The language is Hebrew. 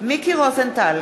מיקי רוזנטל,